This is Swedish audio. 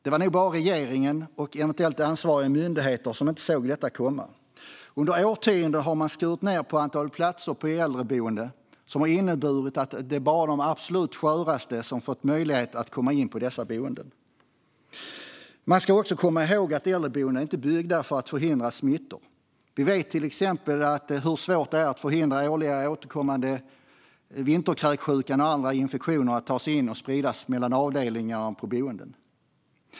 Det var nog bara regeringen och eventuellt ansvariga myndigheter som inte såg detta komma. Under årtionden har man skurit ned på antalet platser på äldreboenden, vilket har inneburit att bara de absoluta sköraste har fått möjlighet att flytta in på dessa boenden. Man ska också komma ihåg att äldreboenden inte är byggda för att hindra smittor. Vi vet till exempel hur svårt det är att hindra den årligen återkommande vinterkräksjukan och andra infektioner från att ta sig in och spridas mellan avdelningarna på boenden.